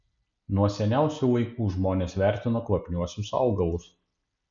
nuo seniausių laikų žmonės vertino kvapniuosius augalus